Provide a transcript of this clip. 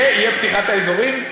תהיה פתיחת אזורים?